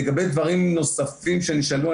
לגבי דברים נוספים שנשאלו,